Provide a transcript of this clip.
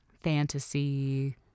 fantasy